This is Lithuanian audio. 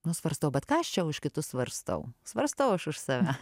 nu svarstau bet ką aš čia už kitus svarstau svarstau aš už save